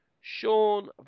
sean